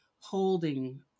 holding